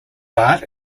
bart